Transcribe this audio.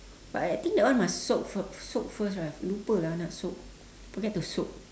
but I think that one must soap soap first right aku lupa lah nak soap I forget to soap